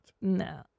no